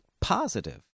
positive